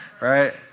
right